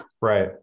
Right